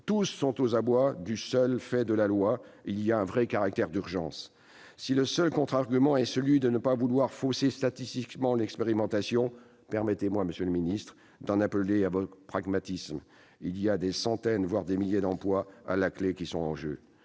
Tous sont aux abois du seul fait de la loi. Il y a un vrai caractère d'urgence. Si le seul contre-argument est celui de ne pas vouloir fausser statistiquement l'expérimentation, permettez-moi, monsieur le ministre, d'en appeler à votre pragmatisme. Des centaines, voire des milliers d'emplois sont en jeu